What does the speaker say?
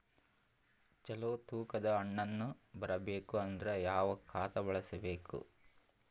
ಚಲೋ ತೂಕ ದ ಹಣ್ಣನ್ನು ಬರಬೇಕು ಅಂದರ ಯಾವ ಖಾತಾ ಬಳಸಬೇಕು?